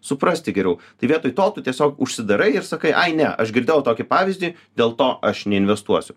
suprasti geriau tai vietoj to tu tiesiog užsidarai ir sakai ai ne aš girdėjau tokį pavyzdį dėl to aš neinvestuosiu